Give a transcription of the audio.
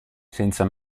senza